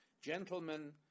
gentlemen